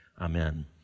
amen